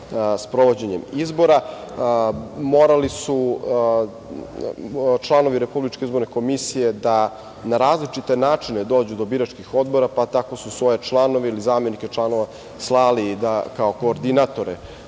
sprovođenjem izbora. Morali su članovi RIK da na različite načine dođu do biračkih odbora, pa su tako svoje članove ili zamenike članova slali kao koordinatore